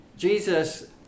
Jesus